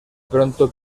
pronto